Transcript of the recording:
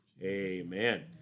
amen